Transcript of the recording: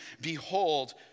Behold